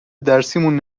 درسیمون